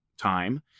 time